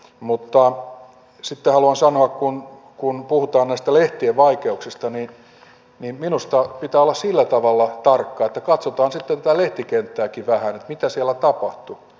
mutta sitten haluan sanoa kun puhutaan näistä lehtien vaikeuksista että minusta pitää olla sillä tavalla tarkka että katsotaan sitten tätä lehtikenttääkin vähän mitä siellä tapahtui